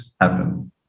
happen